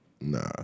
Nah